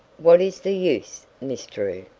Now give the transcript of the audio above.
what is the use, miss drew,